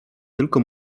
tylko